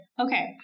Okay